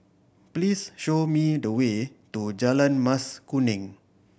please show me the way to Jalan Mas Kuning